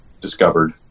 discovered